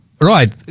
Right